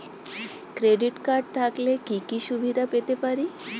Credit card থাকলে কি কি সুবিধা পেতে পারি?